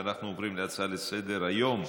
נעבור להצעות לסדר-היום בנושא: